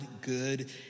good